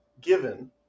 given